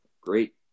great